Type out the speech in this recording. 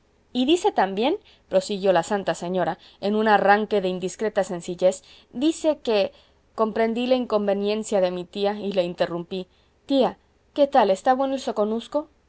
y dice también prosiguió la santa señora en un arranque de indiscreta sencillez dice que comprendí la inconveniencia de mi tía y la interrumpí tía qué tal está bueno el soconusco